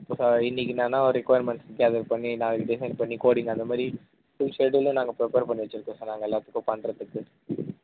இப்போ ச இன்றைக்கு நான் ஒரு ரிக்கொயர்மெண்ட்ஸ் கேதர் பண்ணி நான் டிசைன் பண்ணி கோடிங் அந்த மாதிரி ஃபுல் ஷெட்யூலும் நாங்கள் ப்ரிப்பேர் பண்ண வச்சுருக்கோம் சார் நாங்கள் எல்லாத்துக்கும் பண்ணுறதுக்கு